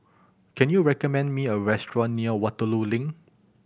can you recommend me a restaurant near Waterloo Link